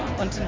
Und